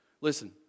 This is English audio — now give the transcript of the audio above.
Listen